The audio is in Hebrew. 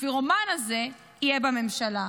הפירומן הזה יהיה בממשלה.